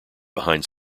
behind